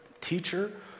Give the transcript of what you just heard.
Teacher